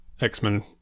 X-Men